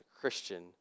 Christian